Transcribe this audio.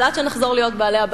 אבל עד שנחזור להיות בעלי-הבית,